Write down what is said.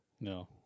no